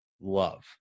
love